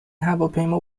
هواپیما